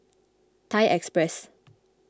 Thai Express